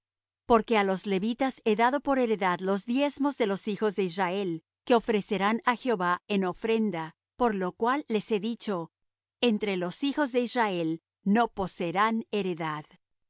porque á los levitas he dado por heredad los diezmos de los hijos de israel que ofrecerán á jehová en ofrenda por lo cual les he dicho entre los hijos de israel no poseerán heredad